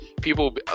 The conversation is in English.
people